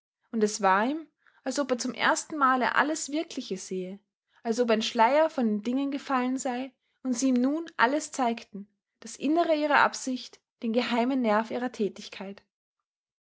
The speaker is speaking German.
und es war ihm als ob er zum ersten male alles wirkliche sähe als ob ein schleier von den dingen gefallen sei und sie ihm nun alles zeigten das innere ihrer absicht den geheimen nerv ihrer tätigkeit